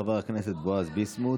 תודה רבה לחבר הכנסת בועז ביסמוט.